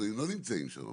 לא נמצאים שם.